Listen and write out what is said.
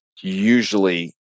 usually